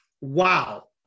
wow